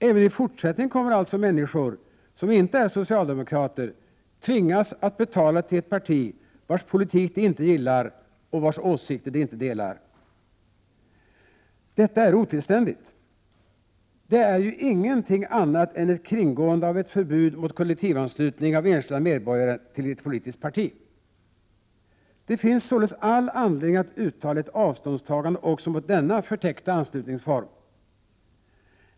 Även i fortsättningen kommer alltså människor som inte är socialdemokrater att tvingas att betala till ett parti, vars politik de inte gillar och vars åsikter de inte delar. Detta är otillständigt. Det är ju ingenting annat än ett kringgående av ett förbud mot kollektivanslutning av enskilda medborgare till ett politiskt parti. Det finns således all anledning att uttala ett avståndstagande också från denna förtäckta anslutningsform.